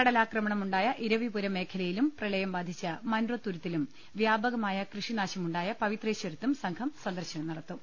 കടലാക്രമണമുണ്ടായ ഇരവിപുരം മേഖലയിലും പ്രളയം ബാധിച്ച മൺറോത്തുരുത്തിലും വ്യാപകമായ കൃഷിനാശമുണ്ടായ പ വിത്രേശ്വരത്തും സംഘം സന്ദർശനം നടത്തും